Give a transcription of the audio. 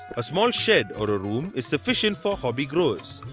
a small shed or a room is suf cient for hobby growers.